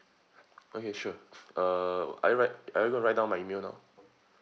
okay sure uh are you write are you going to write down my email now